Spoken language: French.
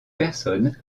personnes